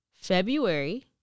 February